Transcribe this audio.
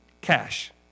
Cash